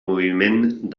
moviment